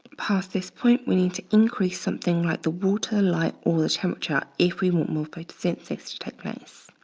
past this point, we need to increase something like the water, light, or the temperature if we want more photosynthesis to take place.